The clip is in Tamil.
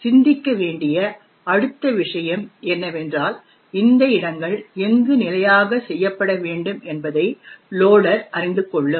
சிந்திக்க வேண்டிய அடுத்த விஷயம் என்னவென்றால் இந்த இடங்கள் எங்கு நிலையாக செய்யப்பட வேண்டும் என்பதை லோடர் அறிந்து கொள்ளும்